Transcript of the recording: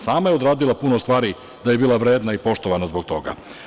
Sama je odradila puno stvari gde je bila vredna i poštovana zbog toga.